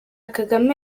kagame